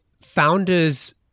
founders